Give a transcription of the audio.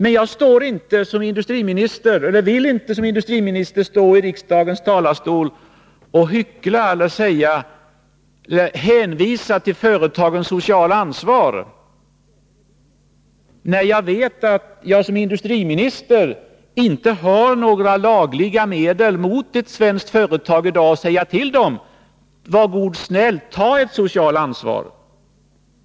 I egenskap av industriminister vill jag emellertid inte stå i kammarens talarstol och hyckla och hänvisa till företagens sociala ansvar när jag vet att jag som industriminister inte har lagliga möjligheter i dag att säga till ett svenskt företag: Var god och ta ert sociala ansvar!